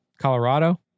Colorado